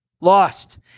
lost